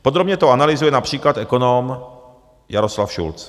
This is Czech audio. Podrobně to analyzuje například ekonom Jaroslav Šulc.